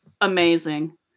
amazing